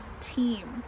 team